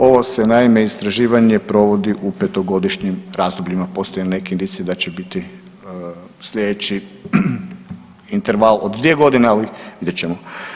Ovo se naime istraživanje provodi u petogodišnjim razdobljima, postoje neke indicije da će biti slijedeći interval od 2 godine, ali vidjet ćemo.